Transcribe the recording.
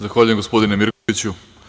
Zahvaljujem, gospodine Mirkoviću.